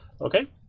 okay